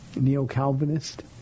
neo-Calvinist